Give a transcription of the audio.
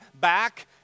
back